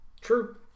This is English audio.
true